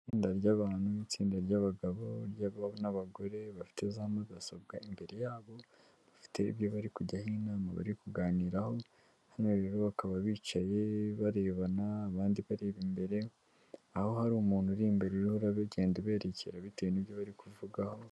Itsinda ry'abantu n'itsinda ry'abagabo n'abagore bafite za mudasobwa imbere yabo. Bafite ibyo bari kujyaho inama bari kuganiraho, hano rero bakaba bicaye barebana abandi bari imbere, aho hari umuntu uri imbere uhora ugenda bitewe n' nibyobyo bari kuvugaho